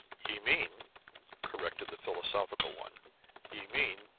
ye mean corrected the philosophical one ye mean,